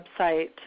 website